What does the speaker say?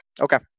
Okay